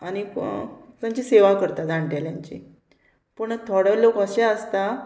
आनीक तांची सेवा करता जाणटेल्यांची पूण थोडे लोक अशे आसता